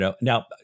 Now